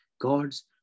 god's